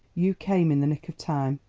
you came in the nick of time.